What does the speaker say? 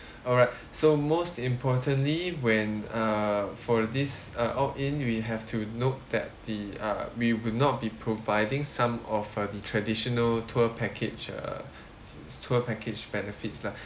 alright so most importantly when err for this uh all in we have to note that the uh we will not be providing some of uh the traditional tour package uh tour package benefits lah